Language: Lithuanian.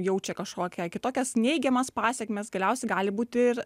jaučia kažkokią kitokias neigiamas pasekmes galiausiai gali būti ir